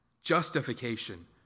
Justification